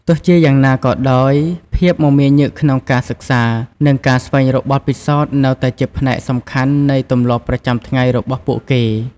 ទោះជាយ៉ាងណាក៏ដោយ ភាពមមាញឹកក្នុងការសិក្សា និងការស្វែងរកបទពិសោធន៍នៅតែជាផ្នែកសំខាន់នៃទម្លាប់ប្រចាំថ្ងៃរបស់ពួកគេ។